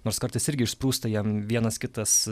nors kartais irgi išsprūsta jam vienas kitas